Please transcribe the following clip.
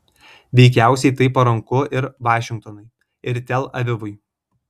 veikiausiai tai paranku ir vašingtonui ir tel avivui